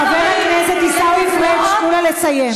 חבר הכנסת עיסאווי פריג', תנו לה לסיים.